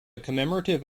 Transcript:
commemorative